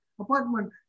apartment